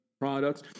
products